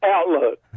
Outlook